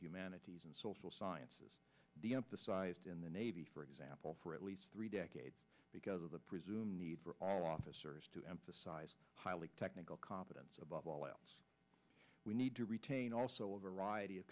humanities and social sciences deemphasized in the navy for example for at least three decades because of the presumed need for officers to emphasize highly technical competence above all else we need to retain also a variety of